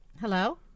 Hello